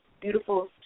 beautiful